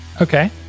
Okay